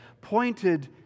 pointed